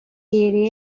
did